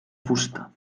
fusta